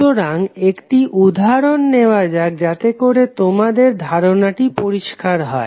সুতরাং একটি উদাহরণ নেওয়া যাক যাতেকরে তোমাদের ধারণাটি পরিস্কার হয়